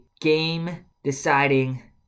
game-deciding